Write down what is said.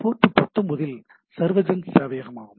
board 19 இல் சார்ஜன் சேவையகம் இருக்கும்